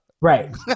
Right